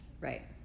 Right